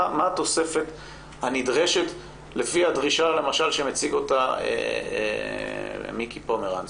מה התוספת הנדרשת לפי הדרישה למשל שמציג אותה מיקי פומרנץ,